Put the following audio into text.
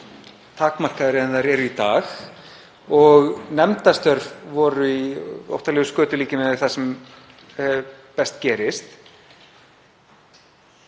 takmarkaðri en þær eru í dag og nefndastörf voru í óttalegu skötulíki miðað við það sem best gerist